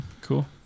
cool